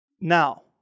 Now